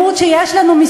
את העימות שיש לנו,